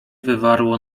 wywarło